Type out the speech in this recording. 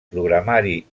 programari